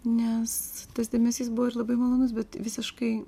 nes tas dėmesys buvo ir labai malonus bet visiškai